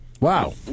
Wow